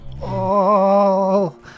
Oh